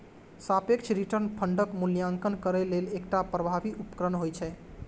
सापेक्ष रिटर्न फंडक मूल्यांकन करै लेल एकटा प्रभावी उपकरण होइ छै